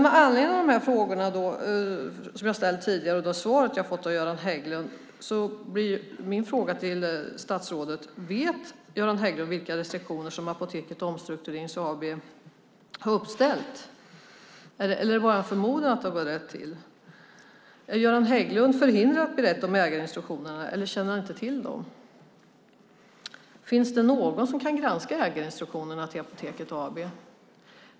Med anledning av de frågor som jag har ställt tidigare och de svar jag har fått av Göran Hägglund blir mina frågor till statsrådet: Vet Göran Hägglund vilka restriktioner som Apoteket Omstrukturering AB har uppställt eller är det bara en förmodan att det har gått rätt till? Är Göran Hägglund förhindrad att berätta om ägarinstruktionerna eller känner han inte till dem? Finns det någon som kan granska ägarinstruktionerna till Apoteket AB?